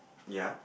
ya